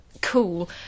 cool